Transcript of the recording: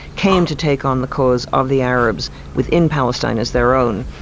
came to take on the cause of the arabs within palestine as their own.